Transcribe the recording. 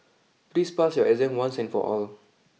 please pass your exam once and for all